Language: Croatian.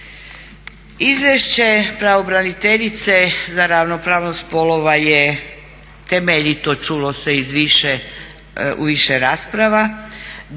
Izvješće pravobraniteljice za ravnopravnost spolova je temeljito, čulo se u više rasprava.